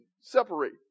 separate